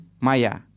Maya